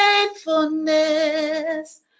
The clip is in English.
faithfulness